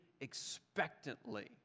expectantly